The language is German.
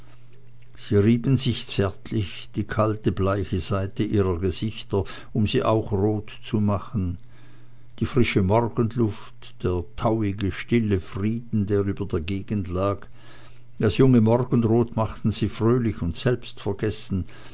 sie rieben sich zärtlich die kalte bleiche seite ihrer gesichter um sie auch rot zu machen die frische morgenluft der traurige stille frieden der über der gegend lag das junge morgenrot machten sie fröhlich und selbstvergessen